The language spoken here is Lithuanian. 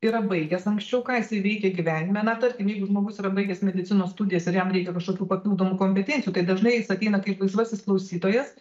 yra baigęs anksčiau ką jisai veikia gyvenime na tarkim jeigu žmogus yra baigęs medicinos studijas ir jam reikia kažkokių papildomų kompetencijų tai dažnai jis ateina kaip laisvasis klausytojas